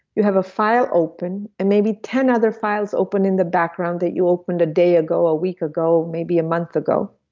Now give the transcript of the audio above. you have a file open and maybe ten other files open in the background that you opened a day ago, a week ago, maybe a month ago.